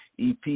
EP